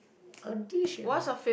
a dish ah